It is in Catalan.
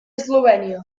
eslovènia